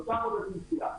שלושה חודשים פסילה,